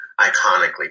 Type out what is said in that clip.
iconically